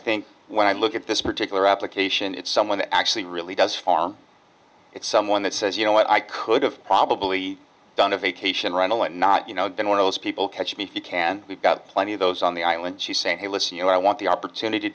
think when i look at this particular application it's someone that actually really does farm it someone that says you know what i could have probably done a vacation rental and not you know been one of those people catch me if you can we've got plenty of those on the island she's saying hey listen you know i want the opportunity